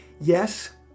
yes